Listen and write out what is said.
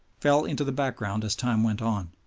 fell into the background as time went on.